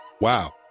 wow